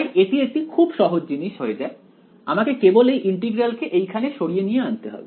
তাই এটি একটি খুব সহজ জিনিস হয়ে যায় আমাকে কেবল এই ইন্টিগ্রাল কে এইখানে সরিয়ে নিয়ে আনতে হবে